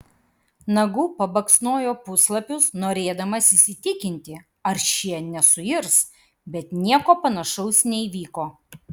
nagu pabaksnojo puslapius norėdamas įsitikinti ar šie nesuirs bet nieko panašaus neįvyko